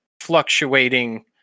fluctuating